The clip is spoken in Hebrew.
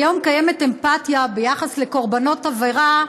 כיום קיימת אמפתיה ביחס לקורבנות עבירה,